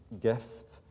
gift